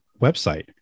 website